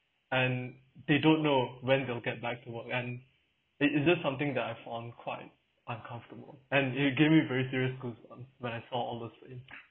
and they don't know when they'll get back to work and it it's just something that I've found quite uncomfortable and it have gave me very serious goosebumps when I saw honestly